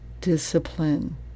discipline